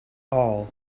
all